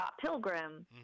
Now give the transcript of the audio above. Pilgrim